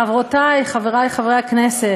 חברותי, חברי חברי הכנסת,